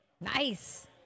Nice